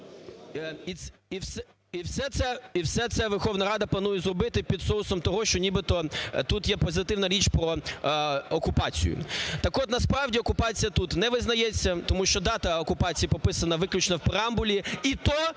І все це Верховна Рада планує зробити під соусом того, що нібито тут є позитивна річ про окупацію. Так от, насправді, окупація тут не визнається, тому що дата окупації прописана виключно в преамбулі.